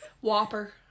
Whopper